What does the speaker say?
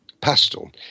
pastel